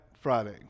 Friday